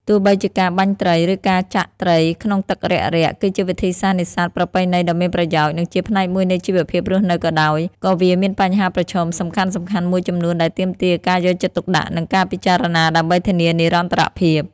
ទោះបីជាការបាញ់ត្រី ឬការចាក់ត្រីក្នុងទឹករាក់ៗ គឺជាវិធីសាស្ត្រនេសាទប្រពៃណីដ៏មានប្រយោជន៍ និងជាផ្នែកមួយនៃជីវភាពរស់នៅក៏ដោយ ក៏វាមានបញ្ហាប្រឈមសំខាន់ៗមួយចំនួនដែលទាមទារការយកចិត្តទុកដាក់ និងការពិចារណាដើម្បីធានានិរន្តរភាព។